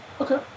Okay